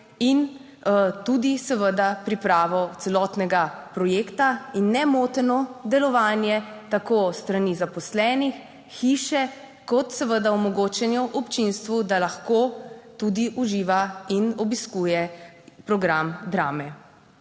in tudi seveda pripravo celotnega projekta in nemoteno delovanje tako s strani zaposlenih, hiše kot seveda omogočeno občinstvu, da lahko tudi uživa in obiskuje program Drame.